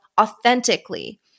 authentically